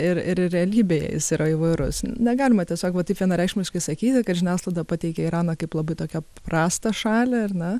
ir ir realybėje jis yra įvairus negalima tiesiog va taip vienareikšmiškai sakyti kad žiniasklaida pateikia iraną kaip labai tokią prastą šalį ar ne